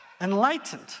enlightened